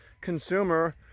consumer